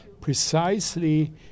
precisely